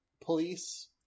police